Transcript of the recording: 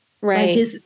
Right